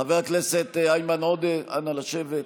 חבר הכנסת איימן עודה, נא לשבת.